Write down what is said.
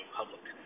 public